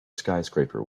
skyscraper